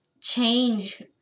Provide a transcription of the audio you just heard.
change